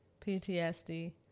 PTSD